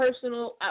personal